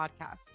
podcast